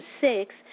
six